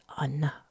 enough